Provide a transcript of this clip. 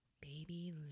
Baby